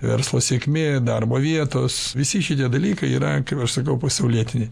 verslo sėkmė darbo vietos visi šitie dalykai yra kaip aš sakau pasaulietiniai